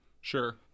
sure